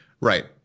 Right